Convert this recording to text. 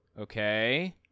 Okay